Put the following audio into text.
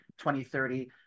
2030